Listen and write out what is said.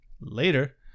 Later